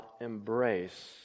embrace